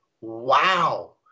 wow